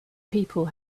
people